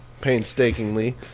painstakingly